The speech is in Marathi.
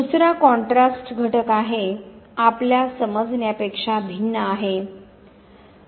दुसरा कॉन्ट्रास्ट घटक आहे आपल्या समजण्या पेक्षा भिन्न आहे